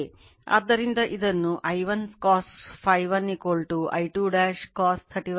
ಆದ್ದರಿಂದ ಇದನ್ನು I1 cos Φ1 I2 cos 31